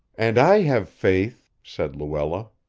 and i have faith said luella.